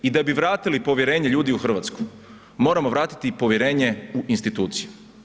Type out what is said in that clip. I da bi vratili povjerenje ljudi u Hrvatsku moramo vratiti i povjerenje u instituciju.